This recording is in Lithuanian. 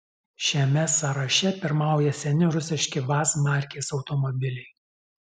šiame sąraše pirmauja seni rusiški vaz markės automobiliai